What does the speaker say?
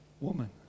woman